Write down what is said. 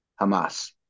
Hamas